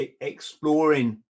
exploring